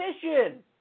position